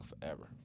forever